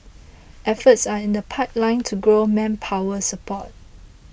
efforts are in the pipeline to grow manpower support